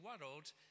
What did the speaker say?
world